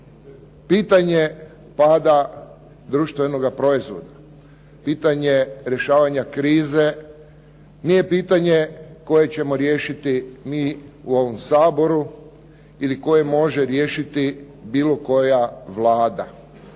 pitanje pada društvenoga proizvoda, pitanje rješavanja krize nije pitanje koje ćemo riješiti mi u ovom Saboru ili koje može riješiti bilo koja Vlada.